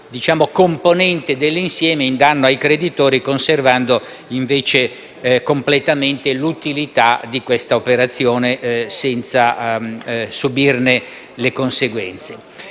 componente dell'insieme, in danno ai creditori, conservando completamente l'utilità dell'operazione, senza subirne le conseguenze.